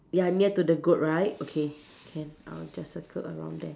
ya near to the goat right okay can I'll just circle around there